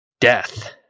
death